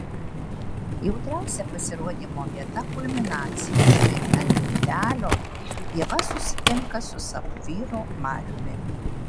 jautriausia pasirodymo vieta kulminacija kai ant lieptelio ieva susitinka su savo vyru mariumi